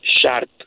sharp